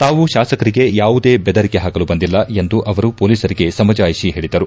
ತಾವು ಶಾಸಕರಿಗೆ ಯಾವುದೇ ಬೆದರಿಕೆ ಹಾಕಲು ಬಂದಿಲ್ಲ ಎಂದು ಅವರು ಪೊಲೀಸರಿಗೆ ಸಮಜಾಯಿಷಿ ಹೇಳಿದರು